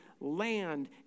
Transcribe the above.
land